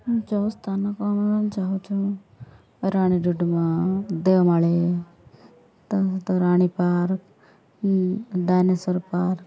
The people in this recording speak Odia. ଯେଉଁ ସ୍ଥାନକୁ ଆମେ ଚାହୁଁଛୁ ରାଣୀ ଡୁଡୁମା ଦେଓମାଳି ତା'ସହିତ ରାଣୀ ପାର୍କ୍ ଡାଇନସର୍ ପାର୍କ୍